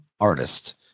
artist